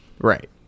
Right